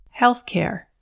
Healthcare